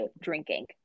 drinking